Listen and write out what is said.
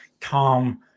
calm